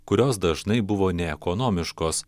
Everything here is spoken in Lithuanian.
kurios dažnai buvo neekonomiškos